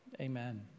amen